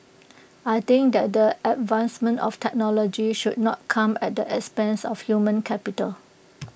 I think that the advancement of technology should not come at the expense of human capital